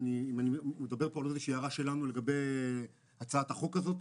אני מדבר פה על איזושהי הערה לגבי הצעת החוק הזאת.